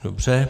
Dobře.